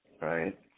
right